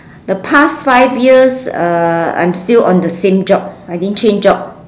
the past five years uh I'm still on the same job I didn't change job